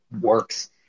works